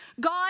God